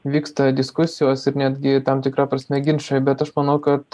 vyksta diskusijos ir netgi tam tikra prasme ginčai bet aš manau kad